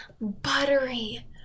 buttery